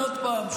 עוד פעם,